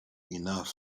enough